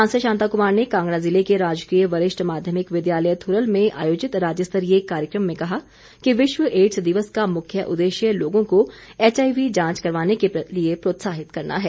सांसद शांता कुमार ने कांगड़ा जिले के राजकीय वरिष्ठ माध्यमिक विद्यालय थुरल में आयोजित राज्य स्तरीय कार्यक्रम में कहा कि विश्व एड्स दिवस का मुख्य उददेश्य लोगों को एचआईवी जांच करवाने के लिए प्रोत्साहित करना है